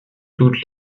toutes